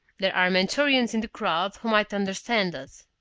there are mentorians in the crowd who might understand us.